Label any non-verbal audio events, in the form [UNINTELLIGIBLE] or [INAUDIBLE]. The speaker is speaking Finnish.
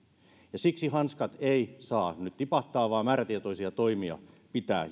ja siksi hanskat eivät saa nyt tipahtaa vaan määrätietoisia toimia pitää [UNINTELLIGIBLE]